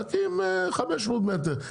תקים 500 מטר,